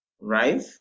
Right